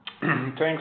Thanks